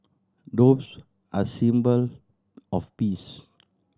doves are symbol of peace